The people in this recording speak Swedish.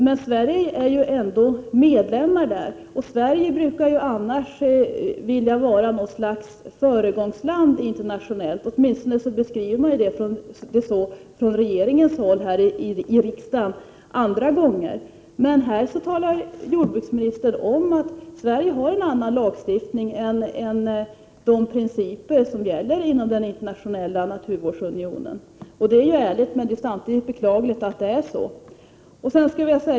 Men Sverige är ju medlem där, och Sverige brukar annars vilja vara ett föregångsland internationellt. Åtminstone beskrivs det så från regeringens sida andra gånger i riksdagen. Här talar jordbruksministern om att Sverige har en annan lagstiftning än de principer som gäller inom Internationella naturvårdsunionen. Det är ärligt att säga det, men det är samtidigt beklagligt att det är så.